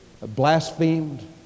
blasphemed